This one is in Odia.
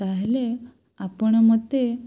ତା'ହେଲେ ଆପଣ ମୋତେ